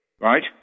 Right